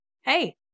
hey